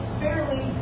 fairly